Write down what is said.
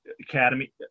academy